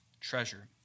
treasure